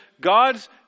God's